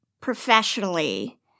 professionally